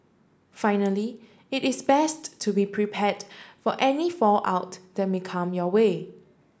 finally it is best to be prepared for any fallout that may come your way